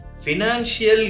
financial